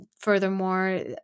furthermore